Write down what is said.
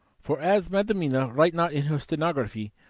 for as madam mina write not in her stenography,